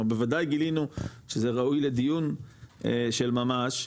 ובוודאי גילינו שזה ראוי לדיון של ממש.